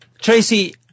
Tracy